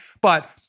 But-